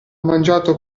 mangiato